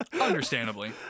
Understandably